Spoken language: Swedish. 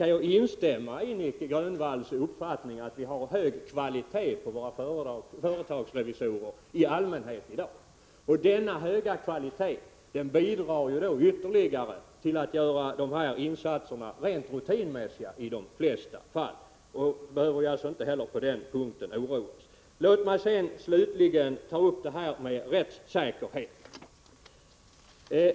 Jag kan instämma i Nic Grönvalls uppfattning att vi i allmänhet har hög kvalitet på företagens revisorer i dag, och denna höga kvalitet bidrar ytterligare till att göra de här insatserna rent rutinmässiga i de flesta fall. Man behöver alltså inte heller på den punkten oroa sig. Låt mig slutligen ta upp frågan om rättssäkerhet.